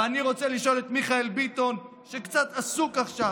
ואני רוצה לשאול את מיכאל ביטון, שקצת עסוק עכשיו: